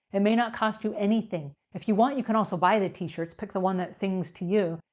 it may not cost you anything. if you want, you can also buy the t-shirts. pick the one that sings to you,